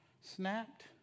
Snapped